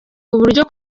buryo